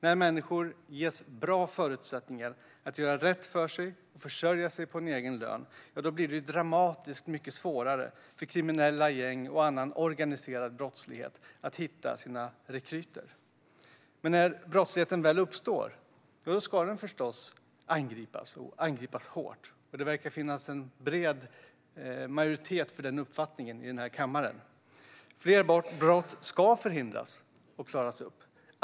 När människor ges bra förutsättningar att göra rätt för sig och försörja sig på en egen lön blir det dramatiskt mycket svårare för kriminella gäng och annan organiserad brottslighet att hitta sina rekryter. Men när brottsligheten väl uppstår ska den förstås angripas hårt. Det verkar finnas en bred majoritet för den uppfattningen i kammaren. Fler brott ska förhindras och klaras upp.